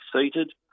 seated